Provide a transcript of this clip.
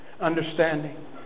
understanding